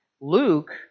Luke